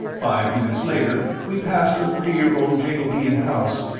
five minutes later we passed a queer old jacobean house,